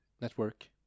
network